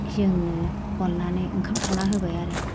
जोंनो अननानै ओंखाम संना होबाय आरो